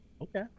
Okay